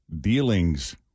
dealings